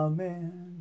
Amen